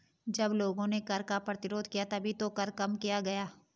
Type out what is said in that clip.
जब लोगों ने कर का प्रतिरोध किया तभी तो कर कम किया गया